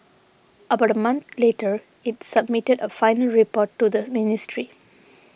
about a month later it submitted a final report to the ministry